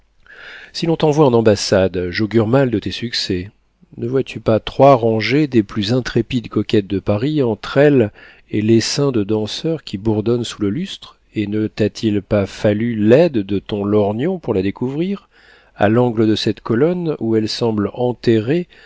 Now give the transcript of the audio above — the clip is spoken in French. si l'on t'envoie en ambassade j'augure mal de tes succès ne vois-tu pas trois rangées des plus intrépides coquettes de paris entre elle et l'essaim de danseurs qui bourdonne sous le lustre et ne t'a-t-il pas fallu l'aide de ton lorgnon pour la découvrir à l'angle de cette colonne où elle semble enterrée